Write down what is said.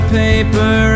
paper